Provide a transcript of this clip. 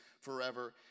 forever